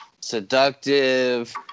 seductive